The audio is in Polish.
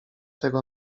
tego